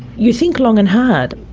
you think long and hard.